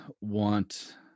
want